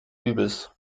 übels